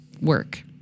work